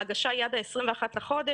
ההגשה היא עד ה-21 בחודש.